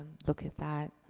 look at that.